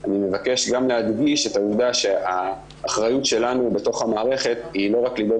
אני מבקש להדגיש את העובדה שהאחריות שלנו בתוך המערכת היא לא רק לדאוג